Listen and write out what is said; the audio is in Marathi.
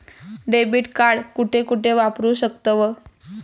डेबिट कार्ड कुठे कुठे वापरू शकतव?